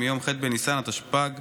מיום ‏ח' בניסן התשפ"ג,